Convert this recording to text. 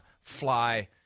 fly